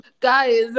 guys